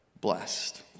blessed